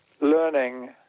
learning